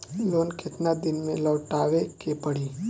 Loan केतना दिन में लौटावे के पड़ी?